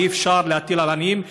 ואי-אפשר להטיל על עניים,